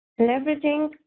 Leveraging